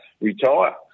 retire